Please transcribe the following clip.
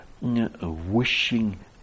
wishing